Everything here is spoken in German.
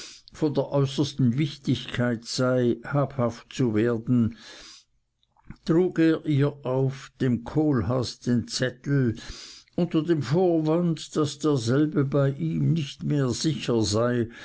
von der äußersten wichtigkeit sei habhaft zu werden trug er ihr auf dem kohlhaas den zettel unter dem vorwand daß derselbe bei ihm nicht mehr sicher sei